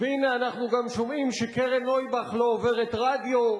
והנה אנחנו גם שומעים שקרן נויבך לא עוברת רדיו,